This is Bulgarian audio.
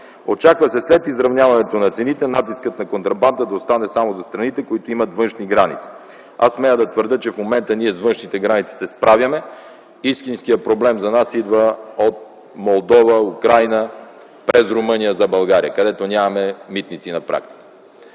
Очаква се след изравняването на цените натискът на контрабандата да остане само за страните, които имат външни граници. Аз смея да твърдя, че в момента ние с външните граници се справяме, истинският проблем за нас идва от Молдова, Украйна през Румъния за България, където нямаме митници на практика.